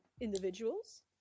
individuals